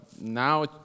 now